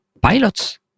pilots